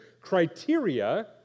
criteria